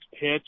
pitch